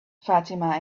fatima